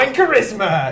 charisma